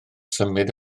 symud